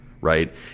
right